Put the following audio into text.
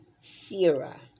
Sira